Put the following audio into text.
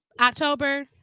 october